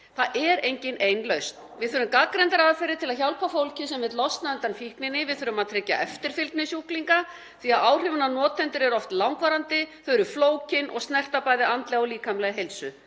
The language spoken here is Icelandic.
Það er engin ein lausn. Við þurfum gagnreyndar aðferðir til að hjálpa fólki sem vill losna undan fíkninni. Við þurfum að tryggja eftirfylgni sjúklinga því að áhrifin á notendur eru oft langvarandi. Þau eru flókin og snerta bæði andlega og líkamlega heilsu.